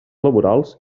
laborals